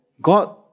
God